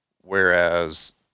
Whereas